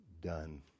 done